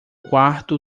quarto